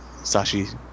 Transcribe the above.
Sashi